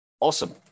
Awesome